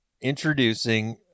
introducing